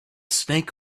snake